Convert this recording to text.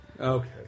Okay